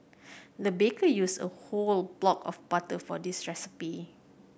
the baker used a whole block of butter for this recipe